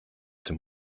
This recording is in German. dem